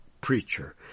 preacher